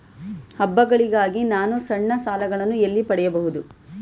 ಹಬ್ಬಗಳಿಗಾಗಿ ನಾನು ಸಣ್ಣ ಸಾಲಗಳನ್ನು ಎಲ್ಲಿ ಪಡೆಯಬಹುದು?